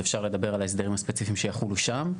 אז אפשר לדבר על ההסדרים הספציפיים שיחולו שם.